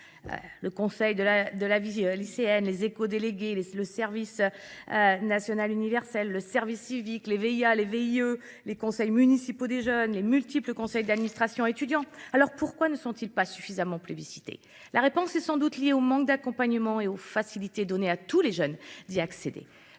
le conseil de la vie lycéenne, les éco-délégés, le service national universel, le service civique, les VIA, les VIE, les conseils municipaux des jeunes, les multiples conseils d'administration étudiants. Alors pourquoi ne sont-ils pas suffisamment plébiscités ? La réponse est sans doute liée au manque d'accompagnement et aux facilités données à tous les jeunes d'y accéder.